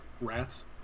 rats